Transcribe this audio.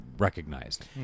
recognized